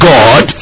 God